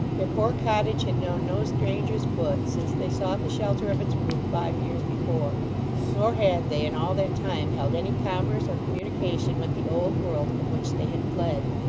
their poor cottage had known no stranger's foot since they sought the shelter of its roof five years before nor had they in all that time held any commerce or communication with the old world from which they had fled.